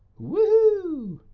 woo